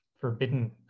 forbidden